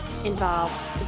involves